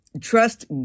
Trust